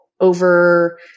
over